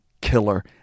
killer